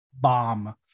bomb